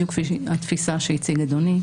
בדיוק כפי התפיסה שהציג אדוני,